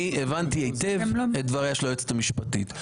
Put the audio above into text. אני הבנתי היטב את דבריה של היועצת המשפטית.